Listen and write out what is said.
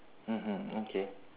mmhmm okay